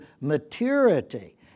maturity